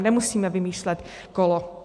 Nemusíme vymýšlet kolo.